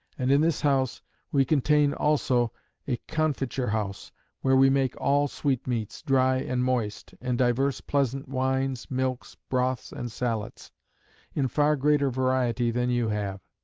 and in this house we contain also a confiture-house where we make all sweet-meats, dry and moist and divers pleasant wines, milks, broths, and sallets in far greater variety than you have.